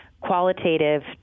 qualitative